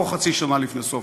או חצי שנה לפני הסוף,